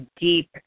deep